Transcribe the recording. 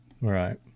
Right